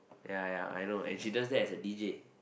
ya ya I know and she does that as a D_J